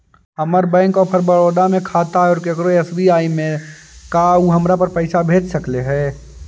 हमर bank of Baroda में खाता है और केकरो एस.बी.आई में है का उ हमरा पर पैसा भेज सकले हे?